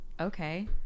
Okay